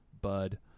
bud